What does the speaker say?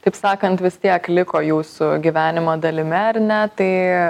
taip sakant vis tiek liko jūsų gyvenimo dalimi ar ne tai